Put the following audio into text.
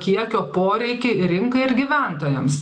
kiekio poreikį rinkai ir gyventojams